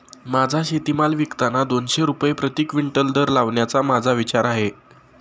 माझा शेतीमाल विकताना दोनशे रुपये प्रति क्विंटल दर लावण्याचा माझा विचार आहे